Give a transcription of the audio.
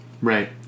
Right